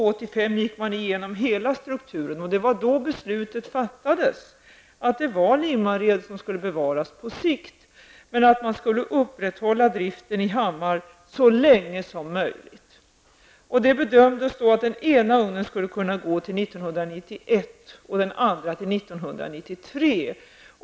År 1985 gick man igenom hela strukturen. Det var då man fattade beslutet att Limmared skulle bevaras på sikt, men att man skulle upprätthålla driften i Hammar så länge som möjligt. Det bedömdes då att den ena ugnen skulle kunna användas till år 1991 och den andra ugnen till år 1993.